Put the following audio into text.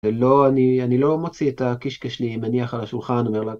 אני לא מוציא את הקישקע שלי מניח על השולחן ואומר לה